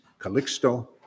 Calixto